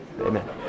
Amen